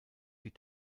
die